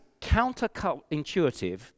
counterintuitive